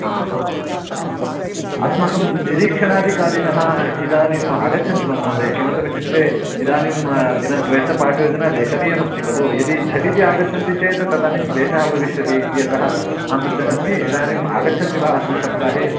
हा हा हा अस्माकं निरीक्षणाधिकारिणः इदानीम् आगच्छन्ति वा महोदय किमर्थमित्युक्ते इदानीं दिनद्वयस्य पाठयोजना लेखनीया अस्ति खलु यदि झटिति आगच्छन्ति चेत् तदानीं क्लेशः भविष्यति इत्यतः अहं पृच्छन्नस्मि इदानीम् आगच्छन्ति वा अस्मिन् सप्ताहे